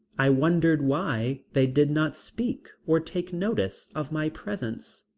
i wondered why they did not speak or take notice of my presence.